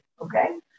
okay